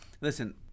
listen